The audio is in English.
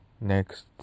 Next